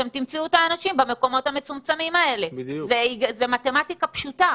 אתם תמצאו את האנשים במקומות המצומצמים האלה זה מתמטיקה פשוטה.